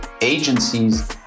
agencies